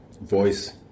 voice